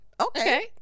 okay